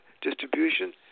distribution